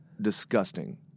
disgusting